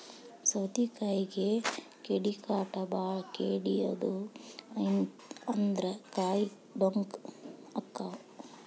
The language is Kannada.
ಸೌತಿಕಾಯಿಗೆ ಕೇಡಿಕಾಟ ಬಾಳ ಕೇಡಿ ಆದು ಅಂದ್ರ ಕಾಯಿ ಡೊಂಕ ಅಕಾವ್